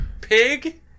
pig